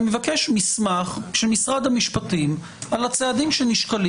אני מבקש מסמך ממשרד המשפטים על הצעדים הנשקלים